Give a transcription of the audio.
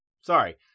sorry